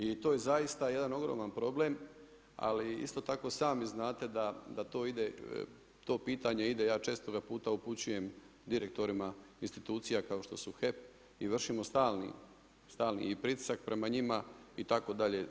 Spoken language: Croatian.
I to je zaista jedan ogroman problem, ali isto tako i sami znate da to ide pitanje, ja često ga puta upućujem direktorima institucija kao što su HEP i vršimo i stalni i pritisak prema njima itd.